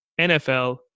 NFL